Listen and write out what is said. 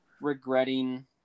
regretting